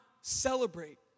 celebrate